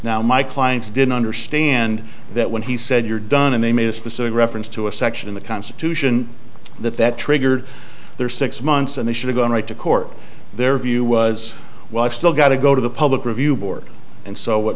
now my clients didn't understand that when he said you're done and they made a specific reference to a section in the constitution that that triggered their six months and they should've gone right to court their view was well i've still got to go to the public review board and so what